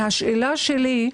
השאלה שלי,